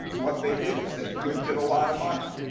what they did is they printed a lot of money.